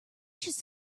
should